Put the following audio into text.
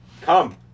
Come